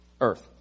earth